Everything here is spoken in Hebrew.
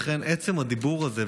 לכן עצם הדיבור הזה,